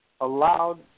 allowed